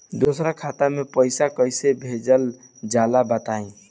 दोसरा खाता में पईसा कइसे भेजल जाला बताई?